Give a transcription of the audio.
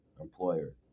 employer